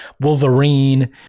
Wolverine